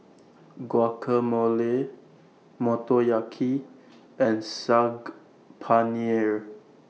Guacamole Motoyaki and Saag Paneer